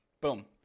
Boom